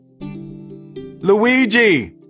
Luigi